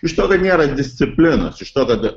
iš to kad nėra disciplinos iš to kad